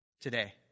today